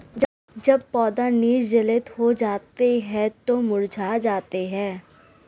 जब पौधे निर्जलित हो जाते हैं तो मुरझा जाते हैं